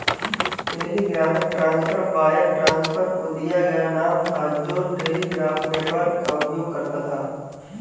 telegraphic transfer wire transfer को दिया गया नाम था जो टेलीग्राफ नेटवर्क का उपयोग करता था